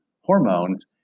hormones